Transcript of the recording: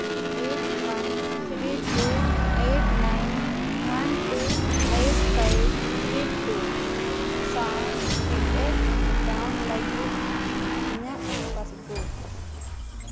eight one three two eight nine one two eight five three two ᱥᱟᱶ P F account ᱞᱟᱹᱜᱤᱫ ᱤᱧᱟᱹᱜ passbook